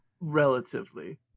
Relatively